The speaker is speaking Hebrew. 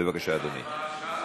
בבקשה, אדוני.